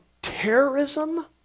Terrorism